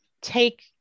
take